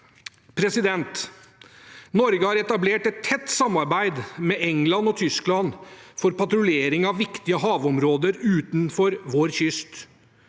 vårt alene. Norge har etablert et tett samarbeid med England og Tyskland for patruljering av viktige havområder utenfor vår kyst,